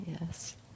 yes